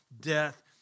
death